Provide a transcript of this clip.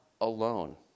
alone